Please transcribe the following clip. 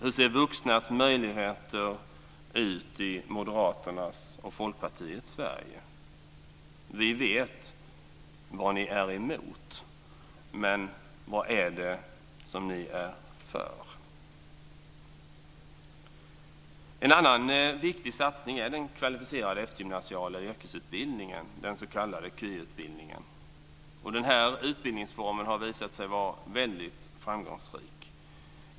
Hur ser vuxnas möjligheter ut i Moderaternas och Folkpartiets Sverige? Vi vet vad ni är emot, men vad är det som ni är för? En annan viktig satsning är den kvalificerade eftergymnasiala yrkesutbildningen, den s.k. KY utbildningen. Den här utbildningsformen har visat sig vara väldigt framgångsrik.